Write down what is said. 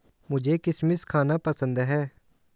मुझें किशमिश खाना पसंद है